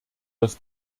das